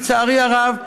לצערי הרב,